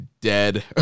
dead